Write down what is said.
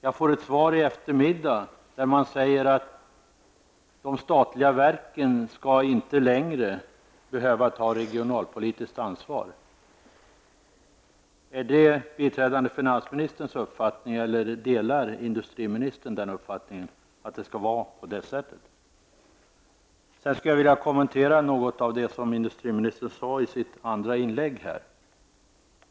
Jag får i eftermiddag ett svar där det sägs att de statliga verken inte längre skall behöva ta regionalpolitiskt ansvar. Är detta biträdande finansministerns uppfattning, eller anser också industriministern att det skall vara på det sättet? Jag vill något kommentera det som industriministern sade i sitt andra inlägg.